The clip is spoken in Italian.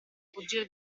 fuggire